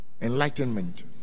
enlightenment